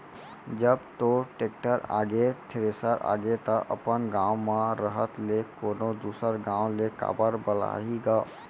जब तोर टेक्टर आगे, थेरेसर आगे त अपन गॉंव म रहत ले कोनों दूसर गॉंव ले काबर बलाही गा?